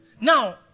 Now